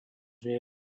nie